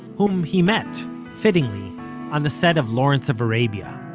whom he met fittingly on the set of lawrence of arabia.